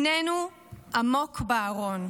שנינו עמוק בארון.